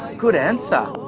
good answer.